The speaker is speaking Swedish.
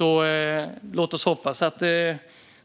Låt oss därför hoppas att